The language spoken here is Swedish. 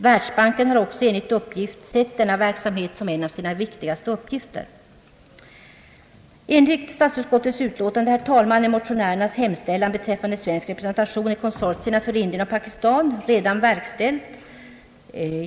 Världsbanken har också enligt uppgift sett denna verksamhet som en av sina viktigaste uppgifter. Herr talman! Enligt statsutskottets utlåtande har motionärernas hemställan om svensk representation i konsortierna för Indien och Pakistan redan tillmötesgåtts.